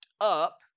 up